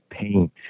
paint